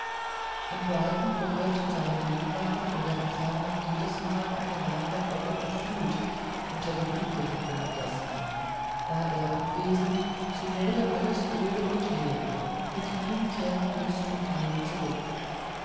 in brighton bewirkten seine gegenwart oder entfernung jedesmal eine wahre ebbe und flut unter den übrigen brunnengästen war er abwesend so wurde alles öde und leer mit ihm kehrten lust und leben zurück